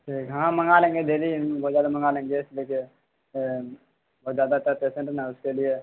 ٹھیک ہاں منگا لیں گے دے دیجیے بولا تو منگا لیں گے دیکھیے بہت زیادہ پیسینٹ ہے نا اس کے لیے